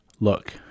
Look